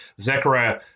Zechariah